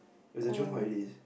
was the June holidays